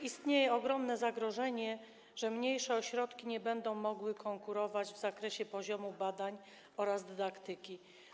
Istnieje ogromne zagrożenie, że mniejsze ośrodki nie będą mogły konkurować w zakresie poziomu badań oraz dydaktyki.